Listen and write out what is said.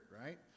right